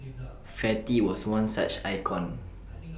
fatty was one such icon